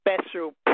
special